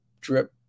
drip